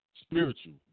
spiritual